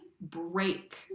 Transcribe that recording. break